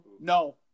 No